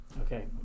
Okay